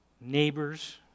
Neighbors